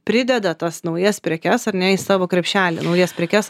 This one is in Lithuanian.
prideda tas naujas prekes ar ne į savo krepšelį naujas prekes